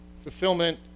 fulfillment